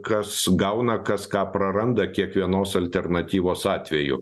kas gauna kas ką praranda kiekvienos alternatyvos atveju